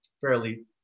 fairly